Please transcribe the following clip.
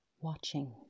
watching